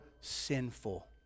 sinful